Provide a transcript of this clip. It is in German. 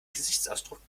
gesichtsausdruck